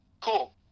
Cool